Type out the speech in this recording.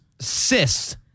cyst